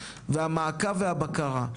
והמעקב והבקרה,